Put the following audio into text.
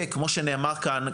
כמו שנאמר כאן,